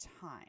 time